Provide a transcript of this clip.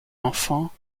enfant